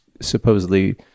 supposedly